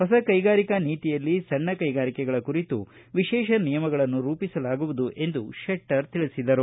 ಹೊಸ ಕೈಗಾರಿಕಾ ನೀತಿಯಲ್ಲಿ ಸಣ್ಣ ಕೈಗಾರಿಕೆಗಳ ಕುರಿತು ವಿಶೇಷ ನಿಯಮಗಳನ್ನು ರೂಪಿಸಲಾಗುವುದು ಎಂದು ಶೆಟ್ಟರ್ ತಿಳಿಸಿದರು